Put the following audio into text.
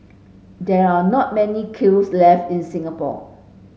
there are not many kilns left in Singapore